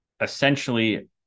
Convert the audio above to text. essentially